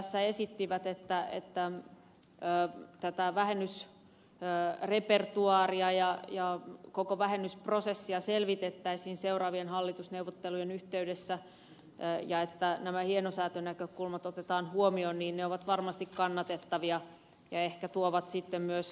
pulliainen esittivät että tätä vähennysrepertoaaria ja koko vähennysprosessia selvitettäisiin seuraavien hallitusneuvottelujen yhteydessä ja että nämä hienosäätönäkökulmat otetaan huomioon ovat varmasti kannatettavia ajatuksia ja ehkä tuovat sitten myös ed